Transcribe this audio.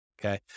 Okay